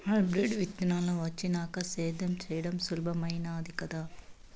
hybrid విత్తనాలు వచ్చినాక సేద్యం చెయ్యడం సులభామైనాది కదా